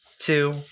two